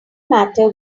matter